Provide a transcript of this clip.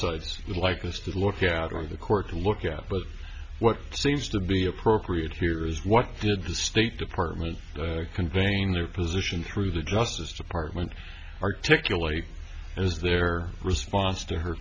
sides like us to look out on the court to look at but what seems to be appropriate here is what did the state department conveying their position through the justice department articulate as their response to her